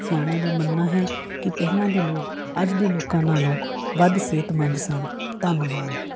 ਸਿਆਣਿਆਂ ਦਾ ਮੰਨਣਾ ਹੈ ਕਿ ਪਹਿਲਾਂ ਦੇ ਲੋਕ ਅੱਜ ਦੇ ਲੋਕਾਂ ਨਾਲੋਂ ਵੱਧ ਸਿਹਤਮੰਦ ਸਨ ਧੰਨਵਾਦ